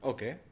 Okay